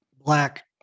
Black